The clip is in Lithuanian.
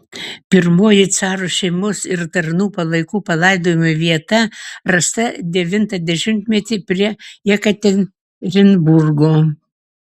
pirmoji caro šeimos ir tarnų palaikų palaidojimo vieta rasta devintą dešimtmetį prie jekaterinburgo